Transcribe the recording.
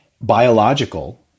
biological